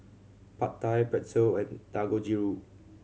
Pad Thai Pretzel and Dangojiru